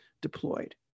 deployed